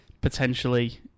potentially